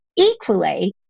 Equally